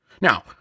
Now